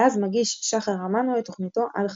ואז מגיש שחר אמאנו את תוכניתו עד חצות.